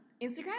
Instagram